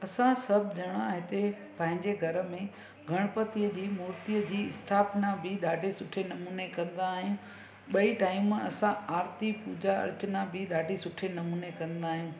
असां सभु ॼणा हिते पंहिंजे घर में गणपतिअ जी मुर्तिअ जी स्थापना बि ॾाढे सुठे नमूने कंदा आहियूं ॿई टाइम असां आरिती पूॼा अर्चना बि ॾाढी सुठे नमूने कंदा आहियूं